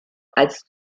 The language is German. als